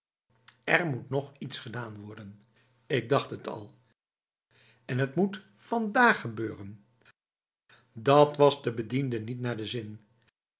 er moet nog iets gedaan worden ik dacht het alf en t moet vandaag gebeuren dat was de bediende niet naar de zin